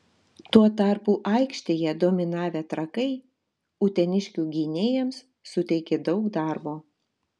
tuo tarpu aikštėje dominavę trakai uteniškių gynėjams suteikė daug darbo